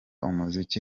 umuziki